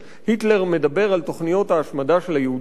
היטלר מדבר על תוכניות ההשמדה של היהודים,